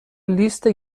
لیست